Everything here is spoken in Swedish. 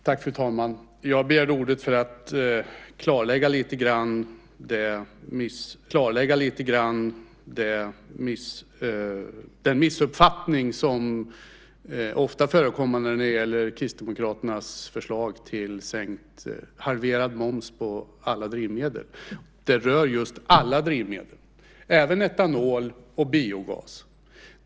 Fru talman! Jag begärde ordet för att lite grann klarlägga den missuppfattning som är ofta förekommande när det gäller Kristdemokraternas förslag till halverad moms på alla drivmedel. Det rör just alla drivmedel, även etanol och biogas.